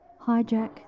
hijack